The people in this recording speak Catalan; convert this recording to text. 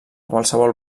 qualsevol